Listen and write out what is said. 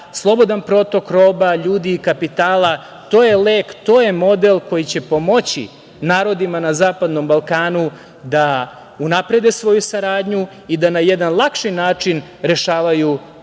slobodan protok roba, ljudi i kapitala. To je lek, to je model koji će pomoći narodima na zapadnom Balkanu da unaprede svoju saradnju i da na jedan lakši način rešavaju političke